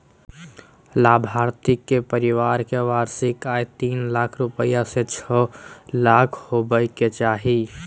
लाभार्थी के परिवार के वार्षिक आय तीन लाख रूपया से छो लाख होबय के चाही